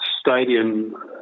stadium